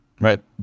Right